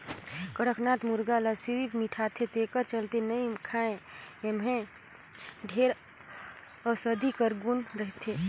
कड़कनाथ मुरगा ल सिरिफ मिठाथे तेखर चलते नइ खाएं एम्हे ढेरे अउसधी कर गुन होथे